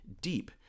deep